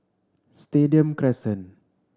Stadium Crescent